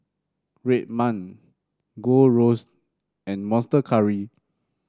Red Man Gold Roast and Monster Curry